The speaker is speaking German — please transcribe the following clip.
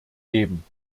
gegeben